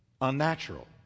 unnatural